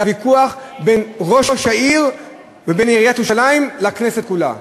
אלא הוויכוח בין ראש העיר ובין עיריית ירושלים לכנסת כולה.